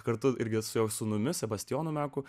kartu irgi su sūnumi sebastianu meku